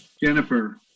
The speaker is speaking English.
Jennifer